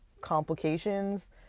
complications